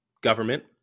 government